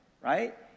right